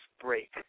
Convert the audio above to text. break